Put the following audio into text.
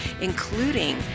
including